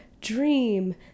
dream